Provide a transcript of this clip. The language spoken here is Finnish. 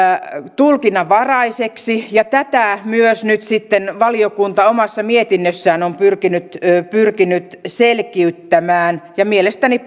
tulkinnanvaraiseksi tätä nyt sitten myös valiokunta omassa mietinnössään on pyrkinyt pyrkinyt selkiyttämään ja mielestäni